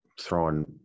throwing